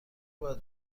باید